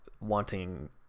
wanting